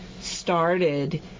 started